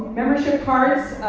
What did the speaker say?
membership cards,